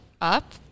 up